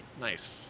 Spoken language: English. Nice